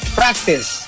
practice